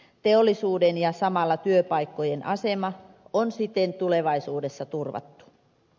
teollisuuden ja samalla työpaikkojen asema on siten tulevaisuudessa turvattu